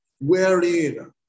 Wherein